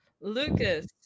Lucas